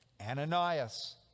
Ananias